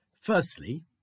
Firstly